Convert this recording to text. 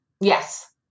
Yes